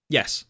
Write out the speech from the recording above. Yes